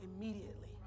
immediately